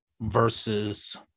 versus